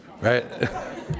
right